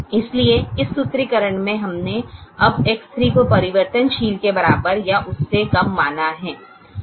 इसलिए इस सूत्रीकरण में हमने अब X3 को परिवर्तनशील के बराबर या उससे कम माना है